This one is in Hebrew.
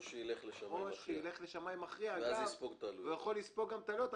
או שילך לשמאי מכריע והוא יכול גם לספוג את העלויות.